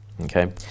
Okay